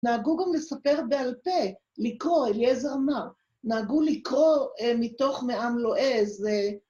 נהגו גם לספר בעל פה, לקרוא, אליעזר אמר. נהגו לקרוא מתוך מעם לועז.